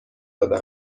داده